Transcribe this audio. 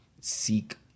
seek